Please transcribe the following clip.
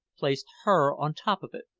placed her on top of it.